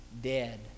dead